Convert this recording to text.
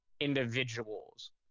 individuals